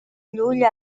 llull